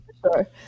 sure